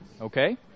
Okay